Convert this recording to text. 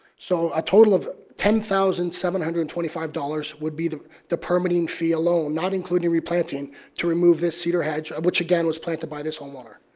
so a total of ten thousand seven hundred and seventy five dollars would be the the permitting fee alone, not including replanting to remove this cedar hedge um which, again, was planted by this homeowner.